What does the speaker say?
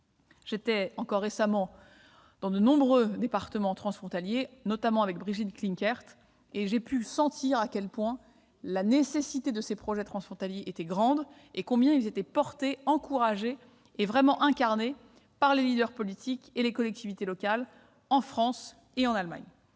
me suis encore récemment rendue dans de nombreux départements transfrontaliers, notamment avec Brigitte Klinkert. J'ai pu sentir à quel point la nécessité de ces projets transfrontaliers était grande et combien ils étaient portés, encouragés et vraiment incarnés par les leaders politiques et par les collectivités locales en France et en Allemagne.